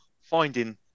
finding